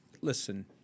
Listen